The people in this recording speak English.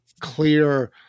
clear